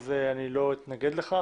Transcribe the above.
אני לא אתנגד לכך.